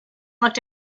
looked